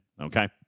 okay